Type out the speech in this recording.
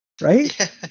right